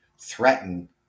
threaten